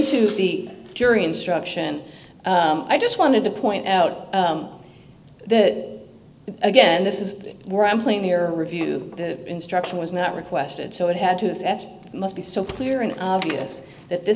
to the jury instruction i just wanted to point out that again this is where i'm playing here a review of the instruction was not requested so it had to set must be so clear and obvious that this